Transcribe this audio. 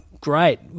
great